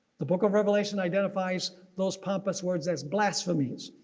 the book of revelation identifies those pompous words as blasphemies.